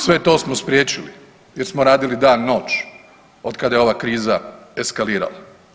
Sve to smo spriječili jer smo radili dan noć od kada je ova kriza eskalirala.